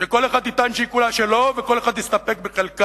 שכל אחד יטען שהיא כולה שלו, וכל אחד יסתפק בחלקה.